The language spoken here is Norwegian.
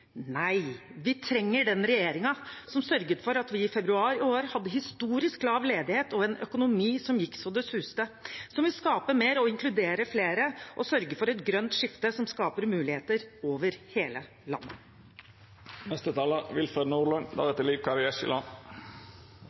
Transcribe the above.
Nei, vi trenger den regjeringen som sørget for at vi i februar i år hadde historisk lav ledighet og en økonomi som gikk så det suste, som vil skape mer og inkludere flere og sørge for et grønt skifte som skaper muligheter over hele